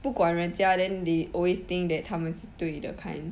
不管人家 then they always think that 他们是对的 due to either kind